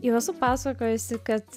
jau esu pasakojusi kad